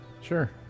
Sure